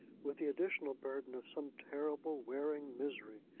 with the additional burden of some terrible, wearing misery,